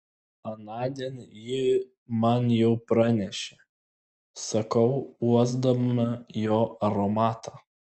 anądien ji man jau pranešė sakau uosdama jo aromatą